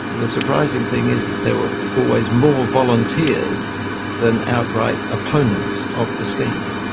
the surprising thing is that there were always more volunteers than outright opponents of the scheme.